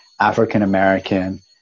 African-American